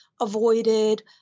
avoided